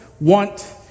want